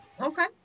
Okay